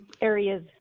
areas